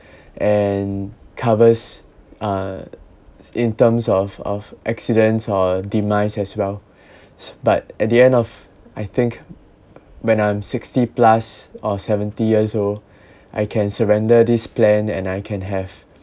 and covers uh in terms of of accidents or demise as well but at the end of I think when I'm sixty plus or seventy years old I can surrender this plan and I can have